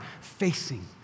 facing